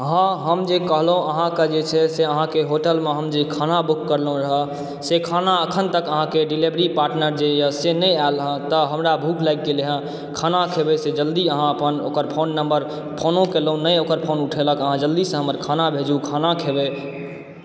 हँ हम जे कहलहुँ अहाँके जे छै से अहाँकऽ होटलमे हम जे खाना बुक करलहुँ रहऽ से खाना अखन तक अहाँकेँ डिलेवरी पार्टनर जे यऽ से नहि आयल हँ तऽ हमरा भुख लागि गेलय हँ खाना खेबय से जल्दी अहाँ अपन ओकर फोन नम्बर फोनो केलहुँ नहि ओकर फोन उठेलक अहाँ जल्दीसँ हमर खाना भेजु खाना खेबय